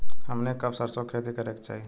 हमनी के कब सरसो क खेती करे के चाही?